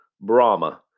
Brahma